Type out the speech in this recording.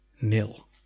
nil